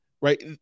right